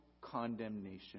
condemnation